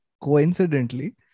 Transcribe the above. Coincidentally